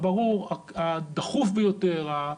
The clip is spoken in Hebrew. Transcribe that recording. הברור והדחוף ביותר,